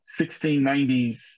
1690s